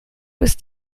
ist